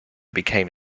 began